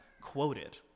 quoted